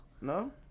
No